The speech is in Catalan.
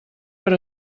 per